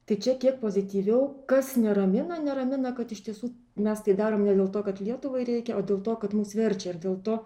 tai čia kiek pozityviau kas neramina neramina kad iš tiesų mes tai darom ne dėl to kad lietuvai reikia o dėl to kad mus verčia ir dėl to